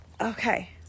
Okay